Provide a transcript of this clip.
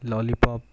lollypop